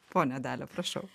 ponia dalia prašau